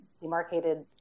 demarcated